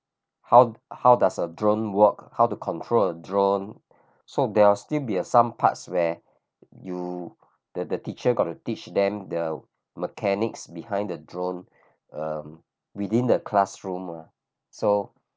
how how does a drone work how to control a drone so there'll still be a some parts where you the the teacher got to teach them the mechanics behind the drone um within the classroom uh so